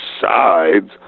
sides